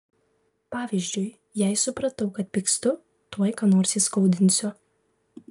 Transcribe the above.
pavyzdžiui jei supratau kad pykstu tuoj ką nors įskaudinsiu